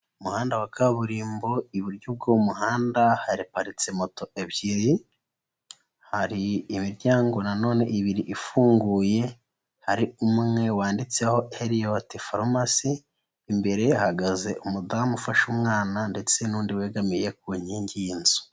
Umuhanda wa kaburimbo, iburyo bw'uwo muhanda haparitse moto ebyiri, hari imiryango na none ibiri ifunguye, hari umwe wanditseho Eliot farumasi, imbere hahagaze umudamu ufashe umwana ndetse n'undi wegamiye ku nkingi y'inzu.